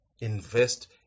invest